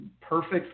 perfect